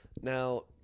now